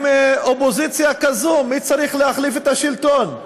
עם אופוזיציה כזו מי צריך להחליף את השלטון.